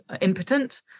impotent